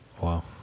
Wow